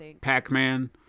Pac-Man